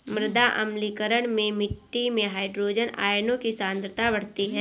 मृदा अम्लीकरण में मिट्टी में हाइड्रोजन आयनों की सांद्रता बढ़ती है